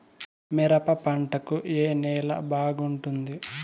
మిరప పంట కు ఏ నేల బాగుంటుంది?